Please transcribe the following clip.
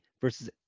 versus